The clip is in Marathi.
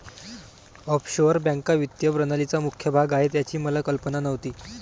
ऑफशोअर बँका वित्तीय प्रणालीचा मुख्य भाग आहेत याची मला कल्पना नव्हती